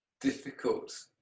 difficult